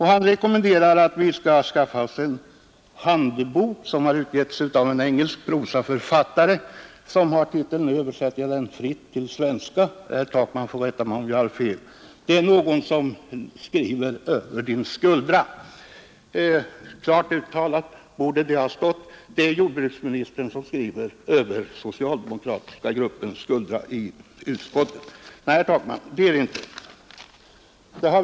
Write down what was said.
Han rekommenderar att vi skall skaffa oss en handbok, som har utgivits av en engelsk prosaförfattare. Fritt översatt till svenska — herr Takman får väl rätta mig om jag har fel — är bokens titel Det är någon som skriver över din skuldra. Klart uttalat borde det ha stått: Det är jordbruksministern som skriver över den socialdemokratiska gruppens skuldra i utskottet. Nej, herr Takman, så är det inte.